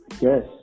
Yes